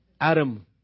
Adam